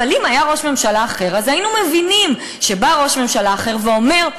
אבל אם היה ראש ממשלה אחר אז היינו מבינים שבא ראש ממשלה אחר ואומר: